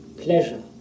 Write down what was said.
pleasure